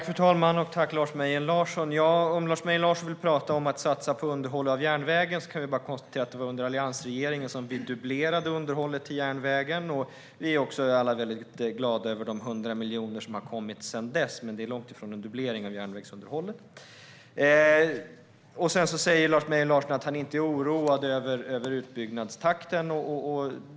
Fru talman! Om Lars Mejern Larsson vill tala om att satsa på underhåll av järnvägen kan vi bara konstatera att det var under alliansregeringen som vi dubblerade detta underhåll. Vi är också alla glada över de 100 miljoner som har kommit sedan dess, men det är långt ifrån en dubblering av järnvägsunderhållet. Lars Mejern Larsson säger att han inte är oroad över utbyggnadstakten.